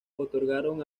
otorgaron